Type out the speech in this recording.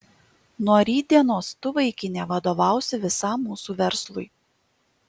nuo rytdienos tu vaikine vadovausi visam mūsų verslui